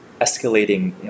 escalating